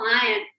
client